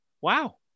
wow